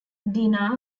dinah